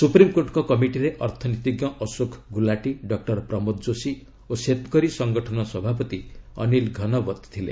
ସୁପ୍ରିମ୍କୋର୍ଟଙ୍କ କମିଟିରେ ଅର୍ଥନୀତିଜ୍ଞ ଅଶୋକ ଗୁଲାଟି ଡକ୍କର ପ୍ରମୋଦ ଯୋଶୀ ଓ ଶେତ୍କରୀ ସଙ୍ଗଠନ ସଭାପତି ଅନିଲ୍ ଘନଓ୍ୱତ୍ ଥିଲେ